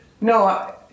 No